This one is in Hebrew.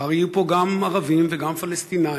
מחר יהיו פה גם ערבים וגם פלסטינים,